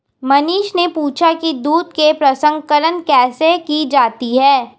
मनीष ने पूछा कि दूध के प्रसंस्करण कैसे की जाती है?